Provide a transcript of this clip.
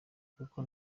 kuko